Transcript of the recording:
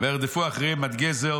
וירדפו אחריהם עד גזר"